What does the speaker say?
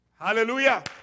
Hallelujah